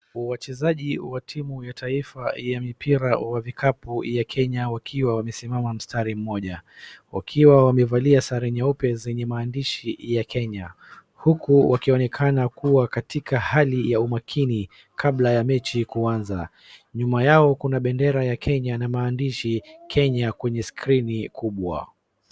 Wachezaji wa timu ya taifa ya mpira wa vikapu ya Kenya wakiwa wamesimama mstari mmoja, wakiwa wamevalia sare nyeupe zenye maandishi ya Kenya, huku wakionekana kuwa katika hali ya umakini kabla ya mechi kuanza. Nyuma yao kuna bendera ya Kenya na maandishi 'KENYA' kwenye skrini kubwa.